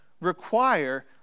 require